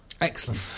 excellent